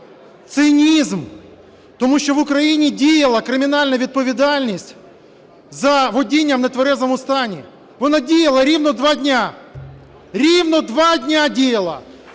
Цинізм! Тому що в Україні діяла кримінальна відповідальність за водіння в нетверезому стані, вона діяла рівно два дні. Рівно два дні діяла!